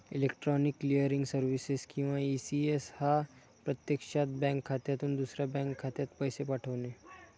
electronic clearing services किंवा ECS हा प्रत्यक्षात बँक खात्यातून दुसऱ्या बँक खात्यात पैसे पाठवणे